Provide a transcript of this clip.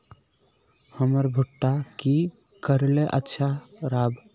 हमर भुट्टा की करले अच्छा राब?